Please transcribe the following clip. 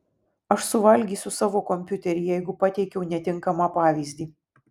aš suvalgysiu savo kompiuterį jeigu pateikiau netinkamą pavyzdį